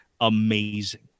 amazing